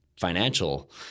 financial